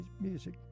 music